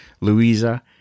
Louisa